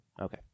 okay